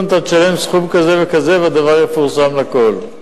אתה תשלם סכום כזה וכזה והדבר יפורסם לכול.